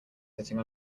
sitting